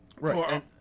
right